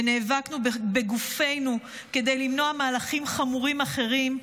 ונאבקנו בגופנו כדי למנוע מהלכים חמורים אחרים,